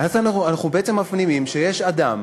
ואז אנחנו מפנימים שיש אדם